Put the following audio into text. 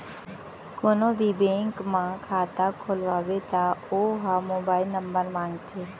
कोनो भी बेंक म खाता खोलवाबे त ओ ह मोबाईल नंबर मांगथे